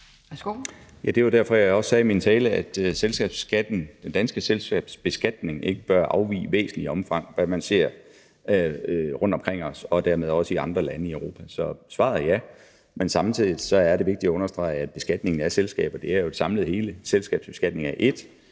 Det er jo derfor, jeg også sagde i min tale, at den danske selskabsbeskatning ikke i væsentligt omfang bør afvige i forhold til, hvad man ser rundt omkring os og dermed også i andre lande i Europa. Så svaret er ja, men samtidig er det vigtigt at understrege, at beskatningen af selskaber indgår i et samlet hele. Selskabsbeskatningen er